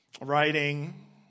writing